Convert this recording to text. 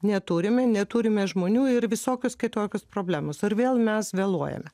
neturime neturime žmonių ir visokios kitokios problemos ir vėl mes vėluojame